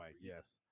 yes